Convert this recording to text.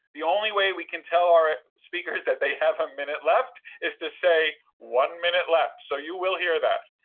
the only way we can tell our speakers that they have a minute left is to say one minute left. so you will hear that.